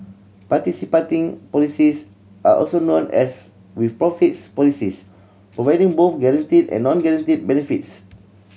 participating policies are also known as with profits policies providing both guaranteed and non guaranteed benefits